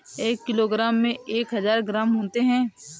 एक किलोग्राम में एक हज़ार ग्राम होते हैं